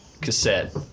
cassette